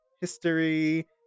history